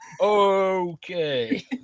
Okay